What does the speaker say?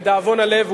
לדאבון הלב,